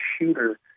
shooter